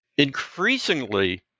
Increasingly